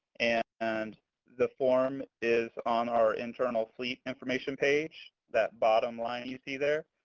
and and the form is on our internal fleet information page, that bottom line you see there.